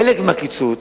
חלק מהקיצוץ,